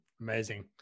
amazing